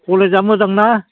कलेजआ मोजां ना